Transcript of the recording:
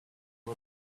who